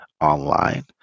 online